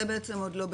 זה עוד לא בתוקף?